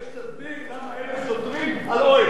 אחרי שתסביר למה אין שוטרים על לא,